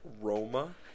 Roma